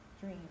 dream